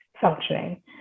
functioning